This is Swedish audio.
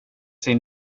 sig